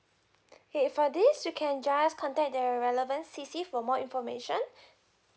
okay for this you can just contact the relevant C_C for more information